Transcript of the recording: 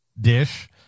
dish